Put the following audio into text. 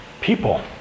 people